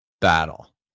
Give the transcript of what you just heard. battle